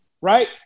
right